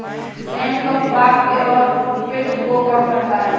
same कफ, वात और पित्त को कम करता है